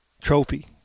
Trophy